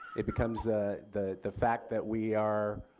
it becomes ah the the fact that we are,